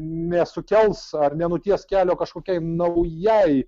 nesukels ar nenuties kelio kažkokiai naujai